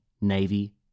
Navy